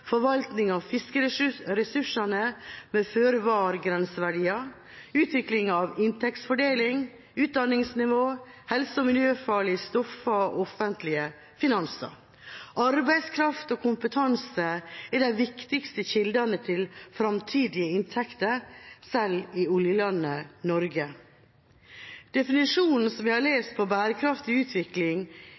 forvaltning av fiskeressursene med føre-var-grenseverdier, utvikling av inntektsfordeling, utdanningsnivå, helse- og miljøfarlige stoffer og offentlige finanser. Arbeidskraft og kompetanse er de viktigste kildene til fremtidige inntekter, selv i oljelandet Norge. Definisjonen på bærekraftig utvikling er – som vi har lest – en utvikling